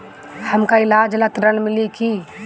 हमका ईलाज ला ऋण मिली का?